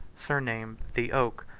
surnamed the oak,